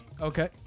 Okay